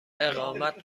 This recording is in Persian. اقامت